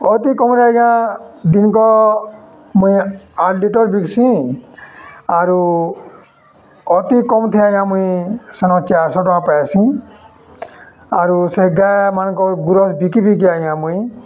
ଅତି କମ୍ରେ ଆଜ୍ଞା ଦିନ୍କ ମୁଇଁ ଆଠ୍ ଲିଟର୍ ବିକ୍ସିଁ ଆରୁ ଅତି କମ୍ ଥି ଆଜ୍ଞା ମୁଇଁ ସେନ ଚାର୍ଶହ ଟଙ୍କା ପାଇସିଁ ଆରୁ ସେ ଗାଏମାନକର୍ ଗୁରସ୍ ବିକି ବିକି ଆଜ୍ଞା ମୁଇଁ